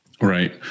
right